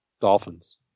Dolphins